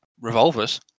revolvers